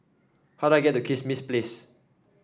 how do I get to Kismis Place